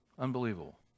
Unbelievable